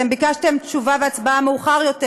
אתם ביקשתם תשובה והצבעה מאוחר יותר,